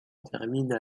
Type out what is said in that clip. termine